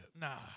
Nah